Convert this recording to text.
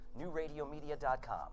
NewRadioMedia.com